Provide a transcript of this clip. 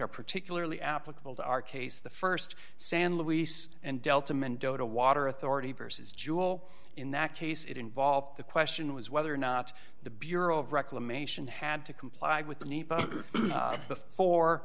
are particularly applicable to our case the st san luis and delta mendota water authority versus jewel in that case it involved the question was whether or not the bureau of reclamation had to comply with the need before